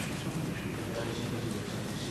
שאילתא מס'